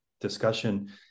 discussion